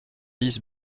dix